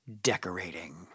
Decorating